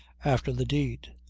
after the deed.